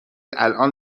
الان